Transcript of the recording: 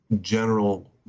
general